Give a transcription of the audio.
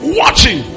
watching